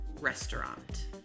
restaurant